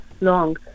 long